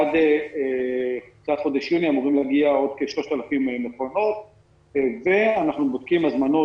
בעוד כמה חודשים אמורות להגיע עוד כ-3,000 מכונות ואנחנו בודקים הזמנות